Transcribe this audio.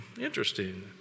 interesting